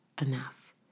enough